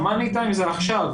שהמאני טיים זה עכשיו,